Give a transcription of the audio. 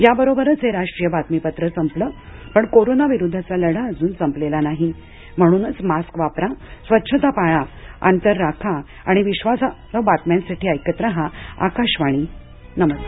याबरोबरच हे राष्ट्रीय बातमीपत्र संपलं पण कोरोना विरुद्धचा लढा अजून संपलेला नाही म्हणूनच मास्क वापरा स्वच्छता पाळा अंतर राखा आणि विश्वासार्ह बातम्यांसाठी ऐकत रहा आकाशवाणी नमस्कार